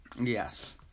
Yes